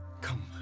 come